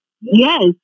Yes